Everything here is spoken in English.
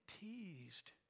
teased